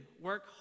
work